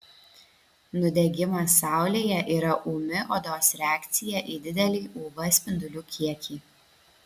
nudegimas saulėje yra ūmi odos reakcija į didelį uv spindulių kiekį